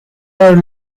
are